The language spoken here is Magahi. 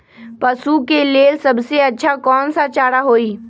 पशु के लेल सबसे अच्छा कौन सा चारा होई?